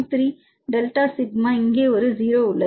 3 delta sigma N இங்கே ஒரு O உள்ளது